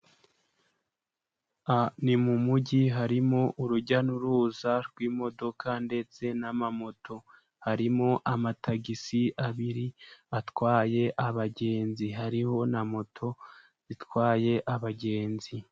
Ni mu mujyi harimo urujya n'uruza rw'imodoka ndetse n'amamoto. Harimo amatagisi abiri atwaye abagenzi, hariho na moto zitwaye abagenzi.